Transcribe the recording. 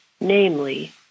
namely